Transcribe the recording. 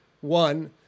One